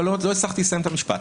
לא הצלחתי לסיים את המשפט.